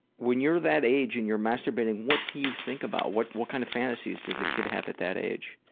when you were that age and you were masturbating, what do you think about? what what kind of fantasies does a kid have at that age?